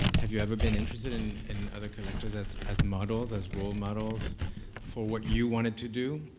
have you ever been interested in in other collectors as as models, as role models for what you wanted to do?